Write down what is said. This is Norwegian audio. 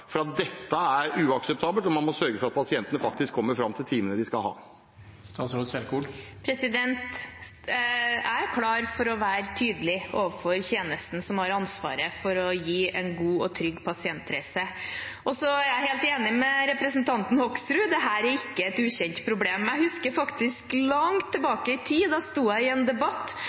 dette er uakseptabelt, og man må sørge for at pasientene faktisk kommer fram til timene de skal ha. Jeg er klar for å være tydelig overfor tjenesten som har ansvaret for å gi en god og trygg pasientreise. Så er jeg helt enig med representanten Hoksrud, dette er ikke et ukjent problem. Jeg husker faktisk langt tilbake i tid, da jeg sto i en debatt